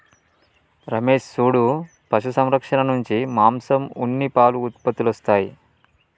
రమేష్ సూడు పశు సంరక్షణ నుంచి మాంసం ఉన్ని పాలు ఉత్పత్తులొస్తాయి